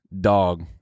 Dog